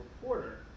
reporter